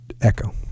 echo